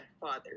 father